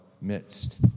midst